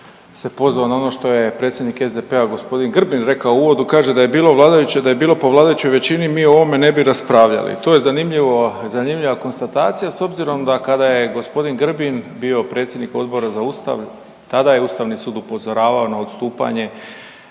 se pozvao na ono što je predsjednik SDP-a, g. Grbin rekao u uvodu, kaže da je bilo vladajuće, da je bilo po vladajućoj većini mi o ovome ne bi raspravljali. To je zanimljivo, zanimljiva konstatacija s obzirom da kada je g. Grbin bio predsjednik Odbora za Ustav, tada je Ustavni sud upozoravao na odstupanje